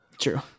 True